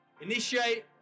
Initiate